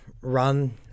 run